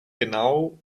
genauso